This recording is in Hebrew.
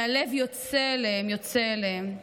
הלב יוצא אליהם, יוצא אליהם.